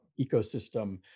ecosystem